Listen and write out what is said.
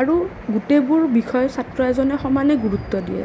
আৰু গোটেইবোৰ বিষয় ছাত্ৰ এজনে সমানে গুৰুত্ব দিয়ে